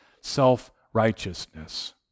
self-righteousness